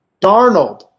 Darnold